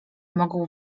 mogą